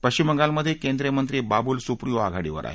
पश्चिम बंगालमधे केंद्रीय मंत्री बाबूल सुप्रियो आघाडीवर आहेत